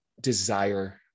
desire